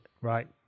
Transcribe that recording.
Right